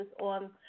on